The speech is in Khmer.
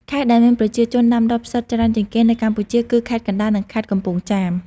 ខេត្តដែលមានប្រជាជនដាំដុះផ្សិតច្រើនជាងគេនៅកម្ពុជាគឺ ខេត្តកណ្ដាល និង ខេត្តកំពង់ចាម។